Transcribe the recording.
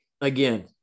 again